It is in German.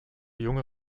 junge